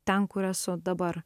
ten kur esu dabar